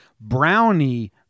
Brownie